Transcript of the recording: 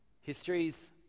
histories